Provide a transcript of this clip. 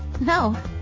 No